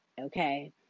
okay